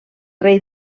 rei